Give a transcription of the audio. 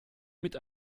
mit